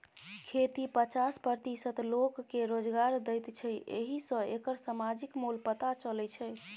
खेती पचास प्रतिशत लोककेँ रोजगार दैत छै एहि सँ एकर समाजिक मोल पता चलै छै